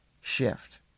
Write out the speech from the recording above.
shift